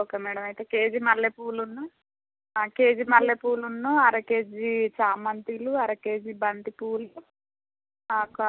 okay madam అయితే KG మల్లెపూలును KG మల్లెపూలును అరకేజీ చామంతీలు అరకేజీ బంతిపూలు ఆకా